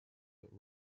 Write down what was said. that